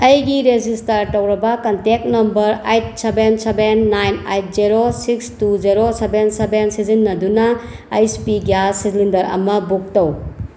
ꯑꯩꯒꯤ ꯔꯦꯖꯤꯁꯇꯔ ꯇꯧꯔꯕ contact number eight seven seven nine eight zero six two zero seven seven ꯁꯤꯖꯤꯟꯅꯗꯨꯅ H P gas cylinder ꯑꯃ book ꯇꯧ